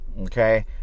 Okay